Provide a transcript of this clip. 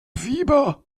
fieber